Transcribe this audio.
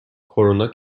کرونا